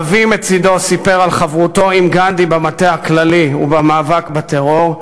אבי מצדו סיפר על חברותו עם גנדי במטה הכללי ובמאבק בטרור,